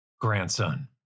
grandson